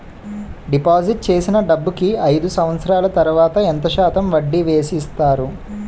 Deposit చేసిన డబ్బుకి అయిదు సంవత్సరాల తర్వాత ఎంత శాతం వడ్డీ వేసి ఇస్తారు?